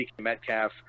Metcalf